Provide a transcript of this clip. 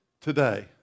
today